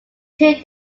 two